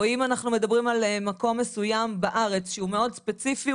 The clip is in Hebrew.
או אם אנחנו מדברים על מקום מסוים בארץ שהוא מאוד ספציפי,